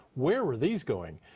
where were these going.